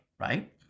right